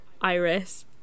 iris